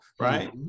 right